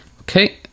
Okay